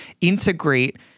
integrate